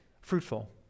fruitful